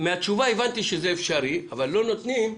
מהתשובה הבנתי שזה אפשרי, אבל לא נותנים,